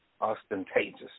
ostentatious